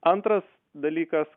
antras dalykas